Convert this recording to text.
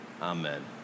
amen